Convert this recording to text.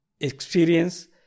experience